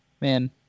man